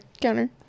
counter